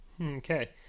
Okay